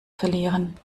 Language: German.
verlieren